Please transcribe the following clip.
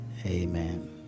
Amen